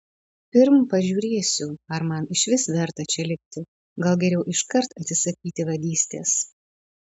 pirm pažiūrėsiu ar man išvis verta čia likti gal geriau iškart atsisakyti vadystės